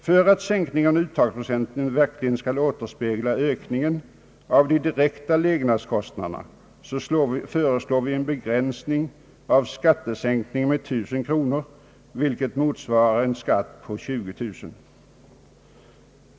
För att sänkningen av uttagsprocenten verkligen skall återspegla ökningen av de direkta levnadskostnaderna föreslår vi en begränsning av skattesänkningen till 1000 kronor, vilket motsvarar en skatt på 20 000 kronor.